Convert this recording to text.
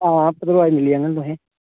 हां भद्रवाही मिली जाङन तुसेंगी